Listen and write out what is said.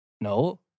no